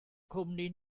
cwmni